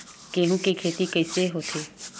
गेहूं के खेती कइसे होथे?